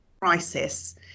crisis